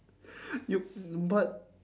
you but